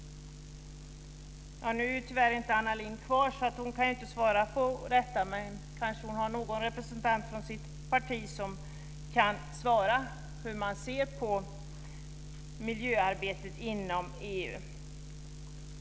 Nu är Anna Lindh tyvärr inte kvar och kan inte svara på dessa frågor. Men det kanske finns någon annan representant för hennes parti som kan svara hur man ser på miljöarbetet inom EU.